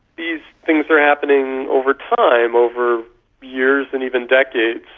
these things are happening over time, over years and even decades,